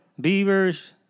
Beavers